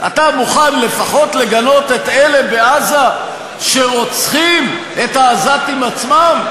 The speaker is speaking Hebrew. אתה מוכן לפחות לגנות את אלה בעזה שרוצחים את העזתים עצמם?